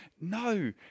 No